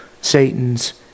Satan's